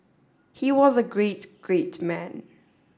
he was a great great man